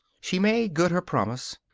she made good her promise.